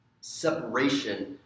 separation